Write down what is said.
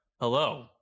hello